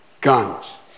Guns